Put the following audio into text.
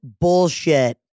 bullshit